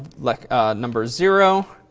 like number zero,